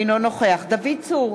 אינו נוכח דוד צור,